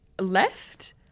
left